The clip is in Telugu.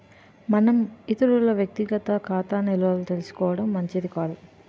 మనం ఇతరుల వ్యక్తిగత ఖాతా నిల్వలు తెలుసుకోవడం మంచిది కాదు